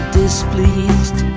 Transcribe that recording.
displeased